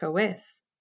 OS